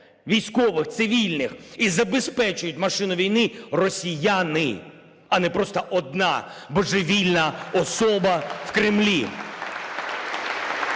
військових, цивільних і забезпечують машину війни росіяни, а не просто одна божевільна особа в Кремлі.